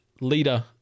leader